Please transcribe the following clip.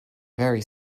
very